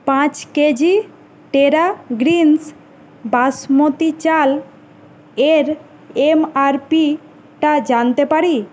পাঁচ KG Terra Greens basmati চাল এর এম আর পি টা জানতে পারি